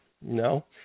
no